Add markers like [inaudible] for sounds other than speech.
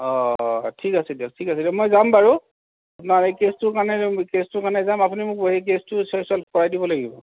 অঁ অঁ ঠিক আছে দিয়ক ঠিক আছে মই যাম বাৰু আপোনাৰ এই কেচটোৰ কাৰণে কেচটোৰ কাৰণে যাম আপুনি মোৰ হেৰি কেচটো [unintelligible] কৰাই দিব লাগিব